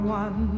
one